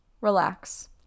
relax